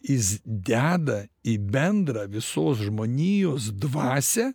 jis deda į bendrą visos žmonijos dvasią